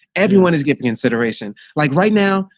everyone is giving consideration. like right now,